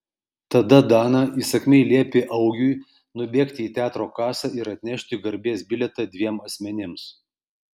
tada dana įsakmiai liepė augiui nubėgti į teatro kasą ir atnešti garbės bilietą dviem asmenims